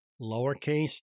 lowercase